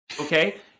Okay